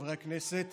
חברי הכנסת,